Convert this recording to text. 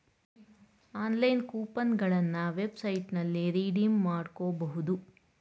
online coupon ಗಳನ್ನ ವೆಬ್ಸೈಟ್ನಲ್ಲಿ redeem ಮಾಡ್ಕೋಬಹುದು